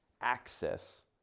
access